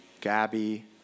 Gabby